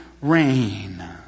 rain